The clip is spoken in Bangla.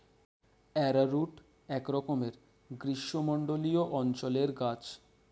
অ্যারারুট একরকমের গ্রীষ্মমণ্ডলীয় অঞ্চলের গাছ